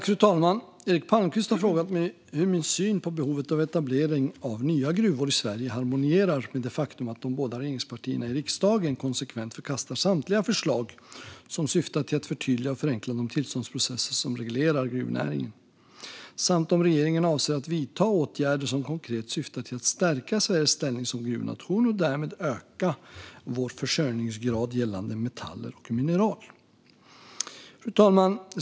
Fru talman! Eric Palmqvist har frågat mig hur min syn på behovet av etablering av nya gruvor i Sverige harmonierar med det faktum att de båda regeringspartierna i riksdagen konsekvent förkastar samtliga förslag som syftat till att förtydliga och förenkla de tillståndsprocesser som reglerar gruvnäringen, samt om regeringen avser att vidta åtgärder som konkret syftar till att stärka Sveriges ställning som gruvnation och därmed öka vår försörjningsgrad gällande metaller och mineral.